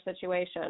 situation